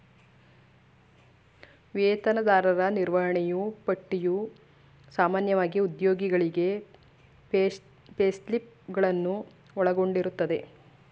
ವೇತನದಾರರ ನಿರ್ವಹಣೆಯೂ ಪಟ್ಟಿಯು ಸಾಮಾನ್ಯವಾಗಿ ಉದ್ಯೋಗಿಗಳಿಗೆ ಪೇಸ್ಲಿಪ್ ಗಳನ್ನು ಒಳಗೊಂಡಿರುತ್ತದೆ